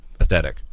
aesthetic